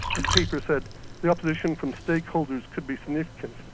the paper said the opposition from stakeholders could be significant.